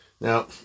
Now